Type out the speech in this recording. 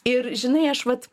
ir žinai aš vat